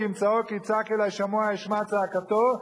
כי אם צעוק יצעק אלי שמוע אשמע צעקתו.